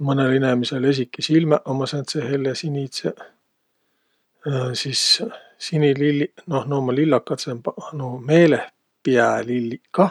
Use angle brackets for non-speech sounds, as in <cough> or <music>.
Mõnõl inemisel esiki silmäq ummaq sääntseq hellesinidseq. <hesitation> Sis sinililliq, noh nuuq ummaq lillakadsõmbaq. Nuuq meelehpiälilliq kah.